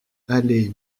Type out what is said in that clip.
allée